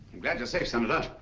glad your safe senator.